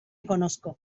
conozco